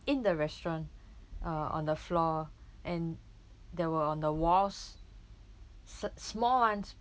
in the restaurant uh on the floor and there were on the walls s~ small ones